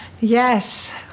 Yes